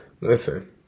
Listen